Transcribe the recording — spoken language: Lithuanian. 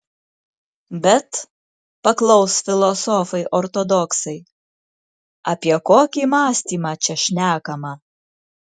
bet paklaus filosofai ortodoksai apie kokį mąstymą čia šnekama